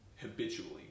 habitually